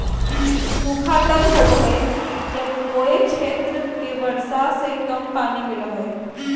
सूखा तब होबो हइ जब कोय क्षेत्र के वर्षा से कम पानी मिलो हइ